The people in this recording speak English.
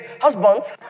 Husbands